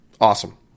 Awesome